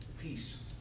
peace